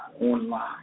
online